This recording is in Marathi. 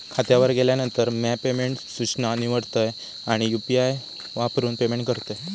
खात्यावर गेल्यानंतर, म्या पेमेंट सूचना निवडतय आणि यू.पी.आई वापरून पेमेंट करतय